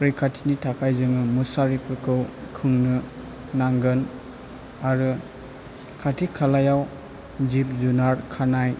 रैखाथिनि थाखाय जोङो मुसारिफोरखौ सोंनो नांगोन आरो खाथि खालायाव जिब जुनार खानाय